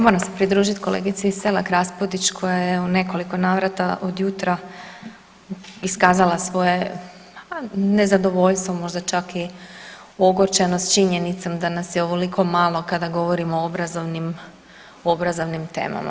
Moram se pridružiti kolegici Selak Raspudić koja je u nekoliko navrata od jutra iskazala svoje nezadovoljstvo, možda čak i ogorčenost činjenicom da nas je ovoliko malo kada govorimo o obrazovnim temama.